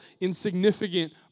insignificant